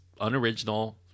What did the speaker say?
unoriginal